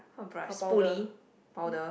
what brush spoolie powder